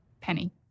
Penny